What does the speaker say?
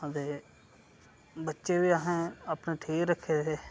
अते बच्चे बी अहें अपने ठीक रक्खे दे हे